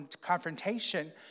confrontation